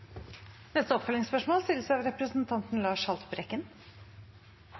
neste hovedspørsmål, som stilles av Lars Haltbrekken.